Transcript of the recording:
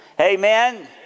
Amen